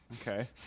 Okay